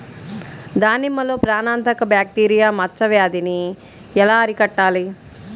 దానిమ్మలో ప్రాణాంతక బ్యాక్టీరియా మచ్చ వ్యాధినీ ఎలా అరికట్టాలి?